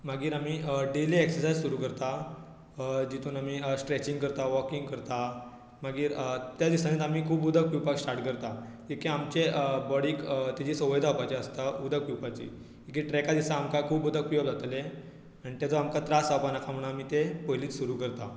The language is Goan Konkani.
मागीर आमी डेली एक्ससायज सुरू करता जेतून आमी स्ट्रॅचींग करता वॉकींग करता मागीर त्या दिसांनीच आमी खूब उदक पिवपा स्टार्ट करता एके आमचे बॉडीक तेजी संवय जावपाची आसता उदक पिवपाची गी ट्रॅका दिसा आमकां खूब उदक पिवं जातलें आनी ताजो आमकां त्रास जावपा नाका म्हुणू आमी तें पयलींच सुरू करता